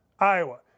Iowa